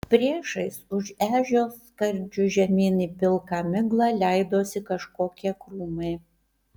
priešais už ežios skardžiu žemyn į pilką miglą leidosi kažkokie krūmai